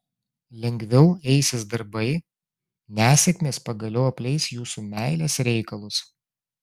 lengviau eisis darbai nesėkmės pagaliau apleis jūsų meilės reikalus